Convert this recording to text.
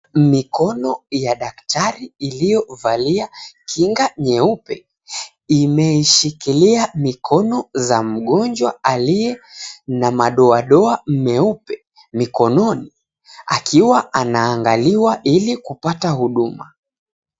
Mikono ya daktari iliyovalia kinga nyeupe imeishikilia mikono za mgonjwa aliye na madoadoa meupe mikononi akiwa anaangaliwa ili kupata huduma.